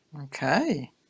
Okay